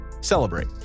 celebrate